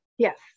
Yes